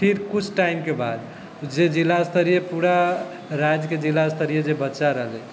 फेर किछु टाइमके बाद जे जिला स्तरीय पूरा राज्यके जिला स्तरीय जे बच्चा रहलै